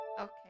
Okay